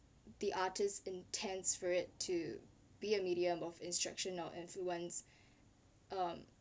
the artist intends for it to be a medium of instruction or influence um